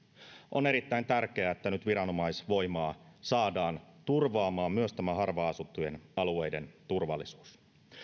on erittäin tärkeää että nyt viranomaisvoimaa saadaan turvaamaan myös tämä harvaan asuttujen alueiden turvallisuus